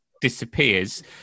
disappears